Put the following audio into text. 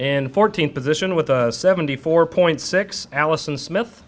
and fourteen position with seventy four point six alison smith